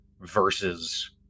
versus